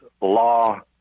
law